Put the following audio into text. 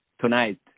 tonight